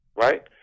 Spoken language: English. right